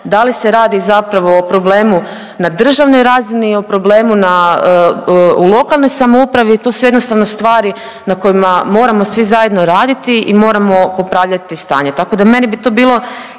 da li se radi zapravo o problemu na državnoj razini, o problemu na u lokalnoj samoupravi, to su jednostavno stvari na kojima moramo svi zajedno raditi i moramo popravljati stanje. Tako da meni bi to bilo